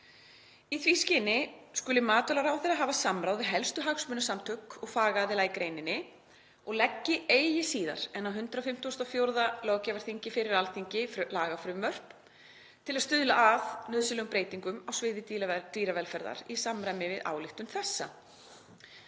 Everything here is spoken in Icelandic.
Í því skyni skuli matvælaráðherra hafa samráð við helstu hagsmunasamtök og fagaðila í greininni og leggi eigi síðar en á 154. löggjafarþingi fyrir Alþingi lagafrumvörp til að stuðla að nauðsynlegum breytingum á sviði dýravelferðar í samræmi við ályktun þessa.